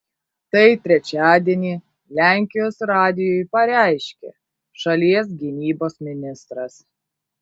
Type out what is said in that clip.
tai trečiadienį lenkijos radijui pareiškė šalies gynybos ministras